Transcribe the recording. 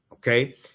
Okay